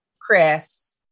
Chris